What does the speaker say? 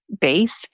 base